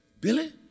Billy